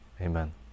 amen